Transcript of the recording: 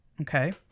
Okay